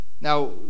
Now